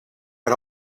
but